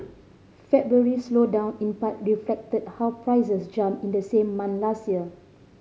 February's slowdown in part reflected how prices jumped in the same month last year